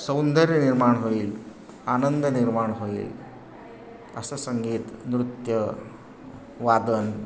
सौंदर्य निर्माण होईल आनंद निर्माण होईल असं संगीत नृत्य वादन